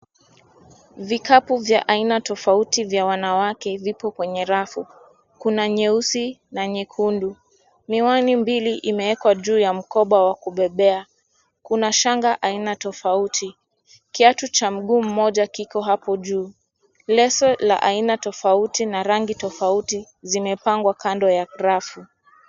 Vikapu vya aina tofauti vya wanawake vipo kwenye rafu. Kuna nyeusi na nyekundu. Miwani mbili imewekwa juu ya mkoba wa kubebea. Kuna shanga aina tofauti. Kiatu cha mguu mmoja kiko hapo juu. Leso la aina tofauti na rangi tofauti zimepangwa kando ya rafu.